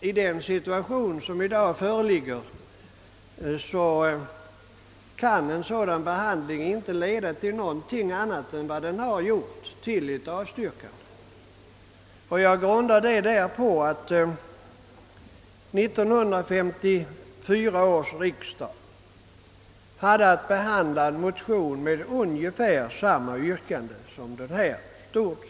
I den situation som föreligger i dag kan en sådan behandling inte leda till annat än den gjort, nämligen till ett avstyrkande. Jag grundar mitt påstående på det förhållandet, att 1954 års riksdag hade att behandla en motion med i stort sett samma yrkande som den nu föreliggande motionen.